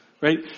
Right